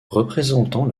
représentant